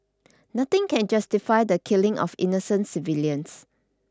nothing can justify the killing of innocent civilians